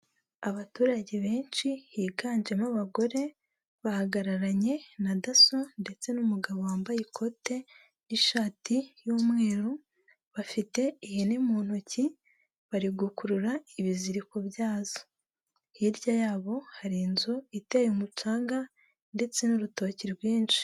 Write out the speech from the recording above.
Abaturage benshi higanjemo abagore, bahagararanye na DASSO ndetse n'umugabo wambaye ikote n'ishati y'umweru, bafite ihene mu ntoki, bari gukurura ibiziriko byazo, hirya yabo hari inzu iteye umucanga ndetse n'urutoki rwinshi.